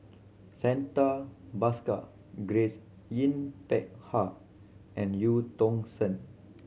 Santha Bhaskar Grace Yin Peck Ha and Eu Tong Sen